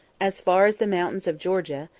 as far as the mountains of georgia,